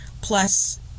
plus